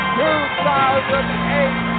2008